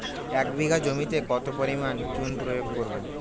এক বিঘা জমিতে কত পরিমাণ চুন প্রয়োগ করব?